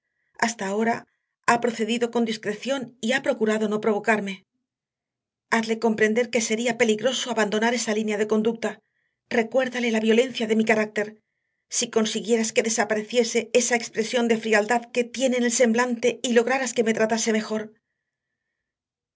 hasta ahora ha procedido con discreción y ha procurado no provocarme hazle comprender que sería peligroso abandonar esa línea de conducta recuérdale la violencia de mi carácter si consiguieras que desapareciese esa expresión de frialdad que tiene en el semblante y lograras que me tratase mejor